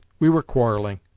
we were quarrelling.